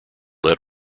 let